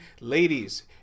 ladies